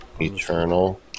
eternal